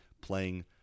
playing